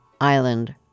Island